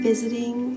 Visiting